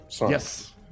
yes